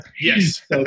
Yes